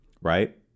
right